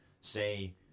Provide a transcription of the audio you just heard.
say